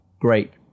great